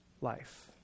life